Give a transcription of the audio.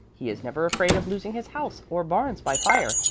he is never afraid of losing his house or barns by fire,